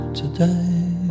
today